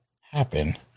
happen